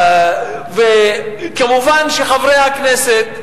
וכמובן שחברי הכנסת,